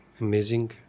amazing